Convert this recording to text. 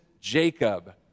Jacob